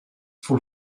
for